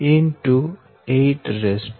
16 6